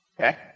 Okay